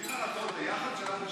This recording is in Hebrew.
מצביעים על ההצעות ביחד, שלך ושל רם?